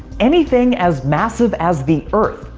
anything as massive as the earth,